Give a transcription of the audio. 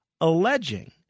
alleging